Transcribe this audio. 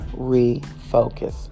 refocus